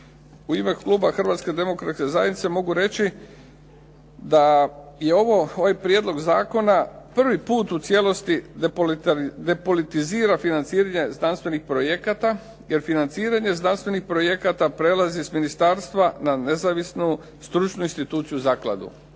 U ime kluba Hrvatske demokratske zajednice mogu reći da je ovaj prijedlog zakona prvi put u cijelosti depolitizira financiranje znanstvenih projekata, jer financiranje znanstvenih projekata prelazi s ministarstva na nezavisnu stručnu instituciju zakladu.